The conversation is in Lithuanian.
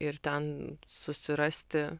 ir ten susirasti